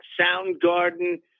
Soundgarden